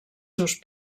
seus